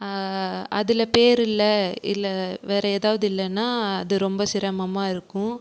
அதில் பேர் இல்லை இல்லை வேறு எதாவது இல்லைனா அது ரொம்ப சிரமமாக இருக்கும்